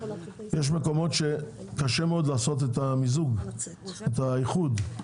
יש מקומות שקשה מאוד לעשות את המיזוג את האיחוד,